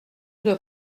dois